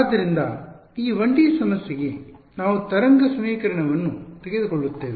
ಆದ್ದರಿಂದ ಈ 1ಡಿ ಸಮಸ್ಯೆಗೆ ನಾವು ತರಂಗ ಸಮೀಕರಣವನ್ನು ತೆಗೆದುಕೊಳ್ಳುತ್ತೇವೆ